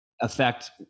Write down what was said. affect